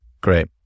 Great